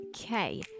Okay